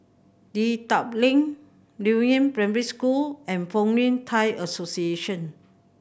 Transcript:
Dedap Link Primary School and Fong Yun Thai Association